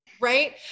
right